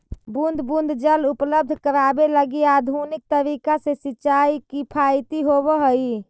बूंद बूंद जल उपलब्ध करावे लगी आधुनिक तरीका से सिंचाई किफायती होवऽ हइ